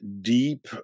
deep